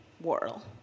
world